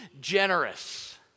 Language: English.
generous